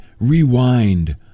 rewind